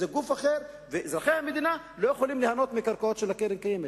זה גוף אחר ואזרחי המדינה לא יכולים ליהנות מהקרקעות של הקרן הקיימת.